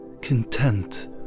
content